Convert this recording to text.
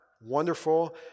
wonderful